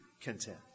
content